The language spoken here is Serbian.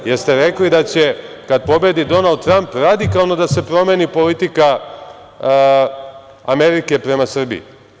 Da li ste rekli da će, kada pobedi Donald Tramp, radikalno da se promeni politika Amerike prema Srbiji.